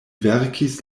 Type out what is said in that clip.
verkis